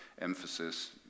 emphasis